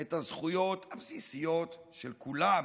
את הזכויות הבסיסיות של כולם.